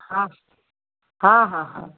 हा हा हा हा